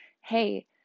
Hey